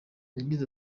yagize